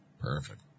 Perfect